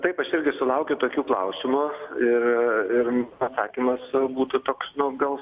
taip aš irgi sulaukiu tokių klausimų ir ir atsakymas būtų toks nu gal